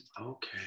Okay